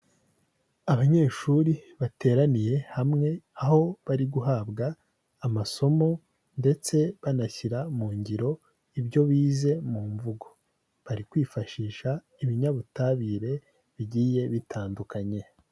Abanyeshuri bateraniye hamwe aho bari guhabwa amasomo ndetse banashyira mu ngiro ibyo bize mu mvugo, bari kwifashisha ibinyabutabire bigiye bitandukanye.